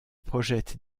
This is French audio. projettent